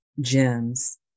gems